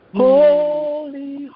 holy